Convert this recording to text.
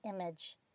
image